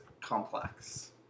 complex